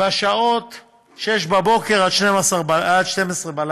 בשעות 06:00 24:00,